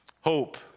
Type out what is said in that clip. Hope